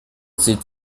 sieht